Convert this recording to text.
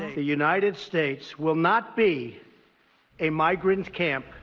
the united states will not be a migrant camp.